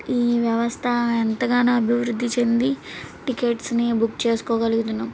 ఈ వ్యవస్థ ఎంతగానో అభివృద్ధి చెంది టికెట్స్ని బుక్ చేసుకోగలుగుతున్నాం